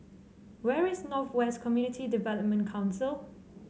where is North West Community Development Council